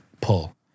pull